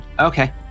Okay